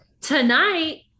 tonight